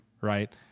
right